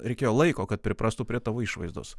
reikėjo laiko kad priprastų prie tavo išvaizdos